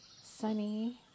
sunny